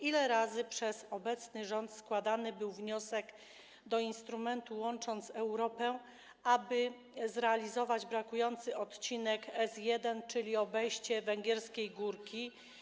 Ile razy przez obecny rząd składany był wniosek do instrumentu „Łącząc Europę”, aby zrealizować brakujący odcinek S1, czyli obejście Węgierskiej Górki?